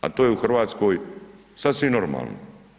A to je u Hrvatskoj sasvim normalno.